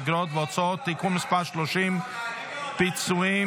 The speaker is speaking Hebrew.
אגרות והוצאות (תיקון מס' 30) (פיצויים